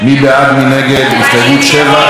ההסתייגות של קבוצת סיעת הרשימה המשותפת לסעיף 9